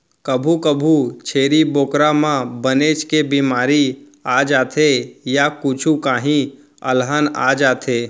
कभू कभू छेरी बोकरा म बनेच के बेमारी आ जाथे य कुछु काही अलहन आ जाथे